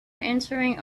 entering